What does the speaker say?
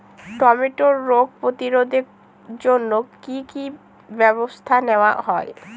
টমেটোর রোগ প্রতিরোধে জন্য কি কী ব্যবস্থা নেওয়া হয়?